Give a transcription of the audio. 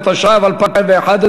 התשע"ב 2011,